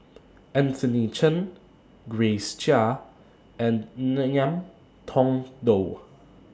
Anthony Chen Grace Chia and Ngiam Tong Dow